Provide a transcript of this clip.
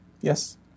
Yes